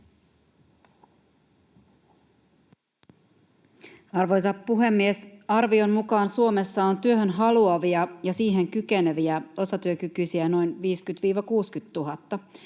Arvoisa puhemies! Arvion mukaan Suomessa on työhön haluavia ja siihen kykeneviä osatyökykyisiä noin 50 000—60 000.